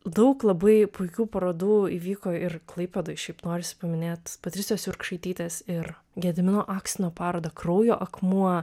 daug labai puikių parodų įvyko ir klaipėdoj šiaip norisi paminėt patricijos jurkšaitytės ir gedimino akstino parodą kraujo akmuo